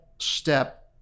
step